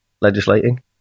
legislating